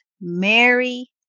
Mary